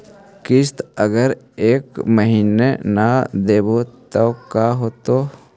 किस्त अगर एक महीना न देबै त का होतै?